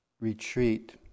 retreat